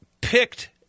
picked